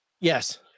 Yes